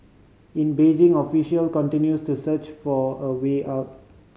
in Beijing official continues to search for a way out